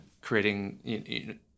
creating –